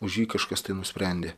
už jį kažkas tai nusprendė